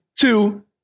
two